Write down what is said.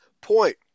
point